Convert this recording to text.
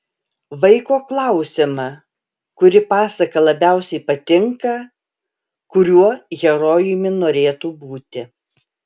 vaiko klausiama kuri pasaka labiausiai patinka kuriuo herojumi norėtų būti